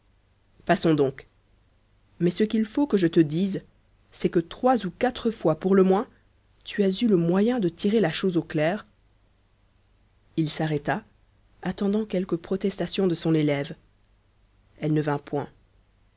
passons donc mais ce qu'il faut que je te dise c'est que trois ou quatre fois pour le moins tu as eu le moyen de tirer la chose au clair il s'arrêta attendant quelque protestation de son élève elle ne vint point